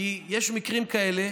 כי יש מקרים כאלה,